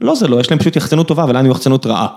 לא זה לא, יש להם פשוט יחצנות טובה, ולנו יחצנות רעה.